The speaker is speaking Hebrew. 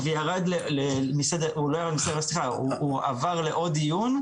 והוא עבר לעוד דיון,